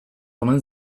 omen